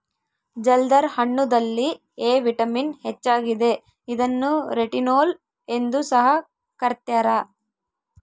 ಜಲ್ದರ್ ಹಣ್ಣುದಲ್ಲಿ A vitamin ಹೆಚ್ಚಾಗಿದೆ ಇದನ್ನು ರೆಟಿನೋಲ್ ಎಂದು ಸಹ ಕರ್ತ್ಯರ